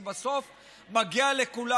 זה בסוף מגיע לכולם.